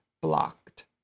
blocked